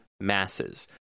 masses